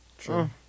sure